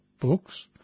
books